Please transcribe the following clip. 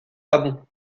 pas